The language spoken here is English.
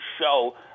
show